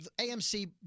AMC